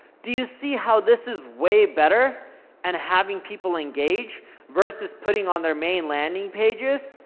do you see how this is way better and having people engage versus putting on their main landing pages,